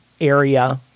area